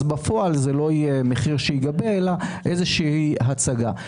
בפועל זה לא יהיה מחיר שייגבה אלא איזושהי הצגה.